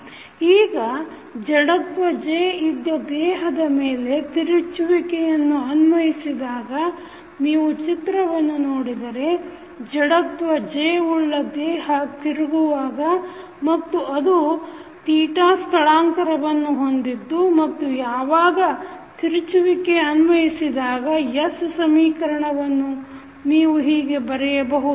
ಈಗ ಜಡತ್ವ J ಇದ್ದ ದೇಹದ ಮೇಲೆ ತಿರುಚುವಿಕೆಯನ್ನು ಅನ್ವಯಿಸಿದಾಗ ನೀವು ಚಿತ್ರವನ್ನು ನೋಡಿದರೆ ಜಡತ್ವ J ಉಳ್ಳ ದೇಹ ತಿರುಗುವಾಗ ಮತ್ತು ಅದು ಸ್ಥಳಾಂತರವನ್ನು ಹೊಂದಿದ್ದು ಮತ್ತು ಯಾವಾಗ ತಿರುಚುವಿಕೆ ಅನ್ವಯಿಸಿದಾಗ ಸಮೀಕರಣವನ್ನು ನೀವು ಹೀಗೆ ಬರೆಯಬಹುದು